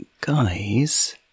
guys